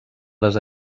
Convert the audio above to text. les